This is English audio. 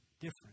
different